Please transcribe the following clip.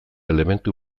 elementu